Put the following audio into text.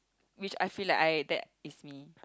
which I feel like I that fits me